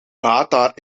qatar